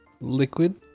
liquid